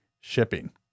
shipping